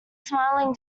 smiling